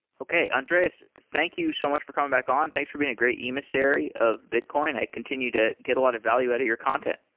okay. andreas, thank you so much for coming back on. thanks for being a great emissary of bitcoin. i continue to get a lot of value out of your content.